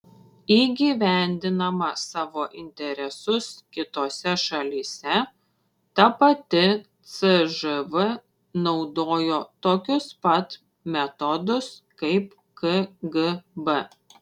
įgyvendindama savo interesus kitose šalyse ta pati cžv naudojo tokius pat metodus kaip kgb